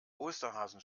osterhasen